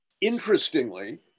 interestingly